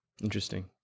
Interesting